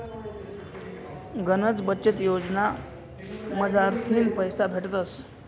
गनच बचत योजना मझारथीन पैसा भेटतस